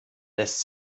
lässt